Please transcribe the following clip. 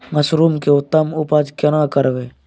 Mushroom के उत्तम उपज केना करबै?